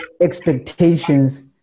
expectations